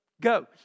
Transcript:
go